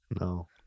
No